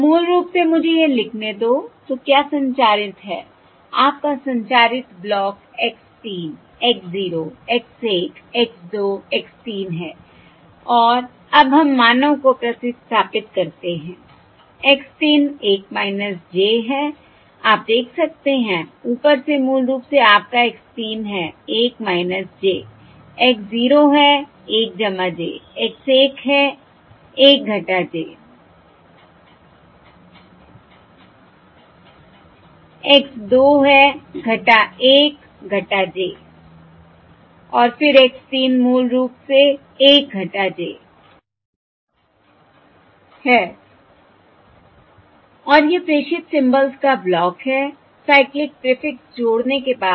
तो मूल रूप से मुझे यह लिखने दो तो क्या संचारित है आपका संचारित block x 3 x 0 x 1 x 2 x 3 है और अब हम मानों को प्रतिस्थापित करते हैं x 3 1 j है आप देख सकते हैं ऊपर से मूल रूप से आपका x 3 है 1 j x 0 है 1 j x 1 है 1 j x 2 है 1 j और फिर x 3 मूल रूप से 1 j है और यह प्रेषित सिंबल्स का ब्लॉक है साइक्लिक प्रीफिक्स जोड़ने के बाद